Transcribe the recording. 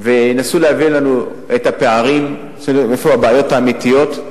וינסו להביא לנו את הפערים, איפה הבעיות האמיתיות,